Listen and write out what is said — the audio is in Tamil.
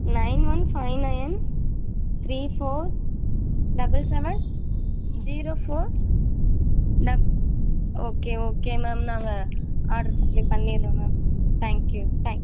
nine one five nine three four double seven zero four ட ஓகே ஓகே மேம் நாங்கள் ஆர்டர் சப்ளை பண்ணிடறோம் மேம் தேங்க்யூ தேங்க்யூ